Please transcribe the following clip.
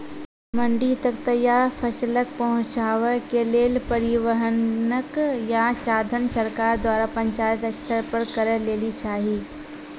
मंडी तक तैयार फसलक पहुँचावे के लेल परिवहनक या साधन सरकार द्वारा पंचायत स्तर पर करै लेली चाही?